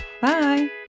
Bye